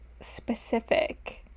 specific